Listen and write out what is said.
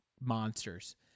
monsters